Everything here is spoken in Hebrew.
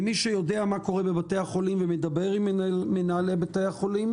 ומי שיודע מה קורה בבתי החולים ומדבר עם מנהלי בתי החולים.